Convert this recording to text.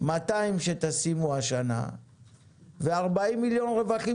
200 מיליון שתשימו השנה ו-40 מיליון רווחים